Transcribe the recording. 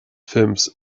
films